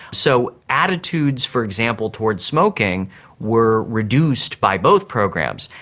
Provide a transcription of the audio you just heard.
so attitudes, for example, towards smoking were reduced by both programs.